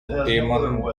amun